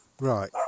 right